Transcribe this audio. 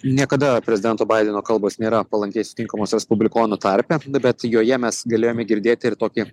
niekada prezidento baideno kalbos nėra palankiai sutinkamos respublikonų tarpe bet joje mes galėjome girdėti ir tokį